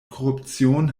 korruption